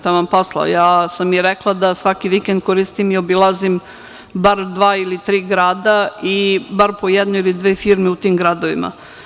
Taman posla, ja sam i rekla da svaki vikend koristim i obilazim bar dva ili tri grada i bar po jednu ili dve firme u tim gradovima.